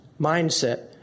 mindset